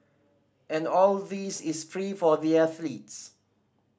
and all this is free for the athletes